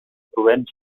trobem